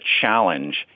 challenge